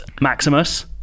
Maximus